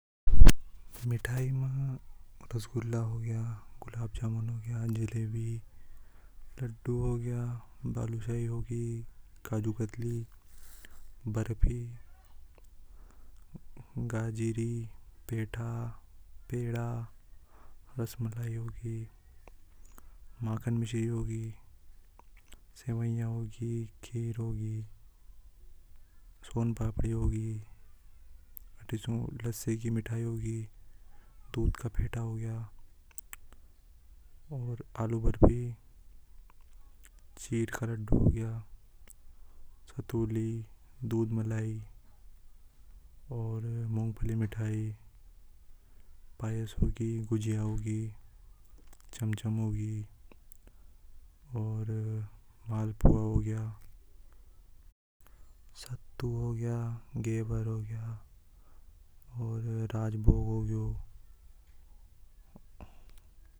﻿मिठाई मां रसगुल्ला हो गया गुलाब जामुन हो गया जलेबी लड्डू हो गया बालूशाही होगी। काजू कतली बर्फी गोजरी पेठा पेड़ा रसमलाई होगी माखन मिश्री सेवइयां होगी कि होगी सोनपापड़ी होगी। लस्सी की मिठाई होगी दूध का बेटा हो गया और आलू बर्फी का लड्डू हो गया। सतोली दूध मलाई और मूंगफली मिठाई होगी गुजिया होगी चमचम होगी और मालपुआ हो गया सत्तू हो गया देवर हो गया और राजभोग हो गयो।